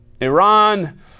Iran